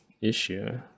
issue